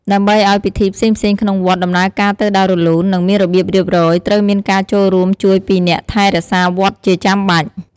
ដើម្បីឲ្យពិធីផ្សេងៗក្នុងវត្ត ដំណើរការទៅដោយរលូន និងមានរបៀបរៀបរយ ត្រូវមានការចូលរួមជួយពីអ្នកថែរក្សាវត្តជាចាំបាច់។